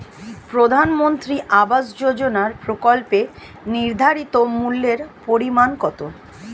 প্রধানমন্ত্রী আবাস যোজনার প্রকল্পের নির্ধারিত মূল্যে পরিমাণ কত?